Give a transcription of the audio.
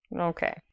Okay